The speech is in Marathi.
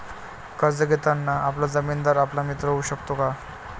कर्ज घेताना आपला जामीनदार आपला मित्र होऊ शकतो का?